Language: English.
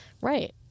Right